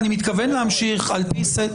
אני מתכוון להמשיך לפי סדר